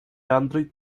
android